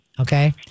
Okay